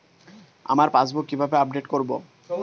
আমার পাসবুক কিভাবে আপডেট করবো?